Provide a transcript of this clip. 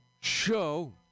show